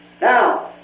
Now